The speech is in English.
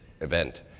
event